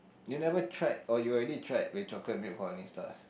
you never tried or you already tried with chocolate milk for honey stars